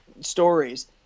stories